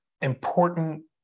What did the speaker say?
important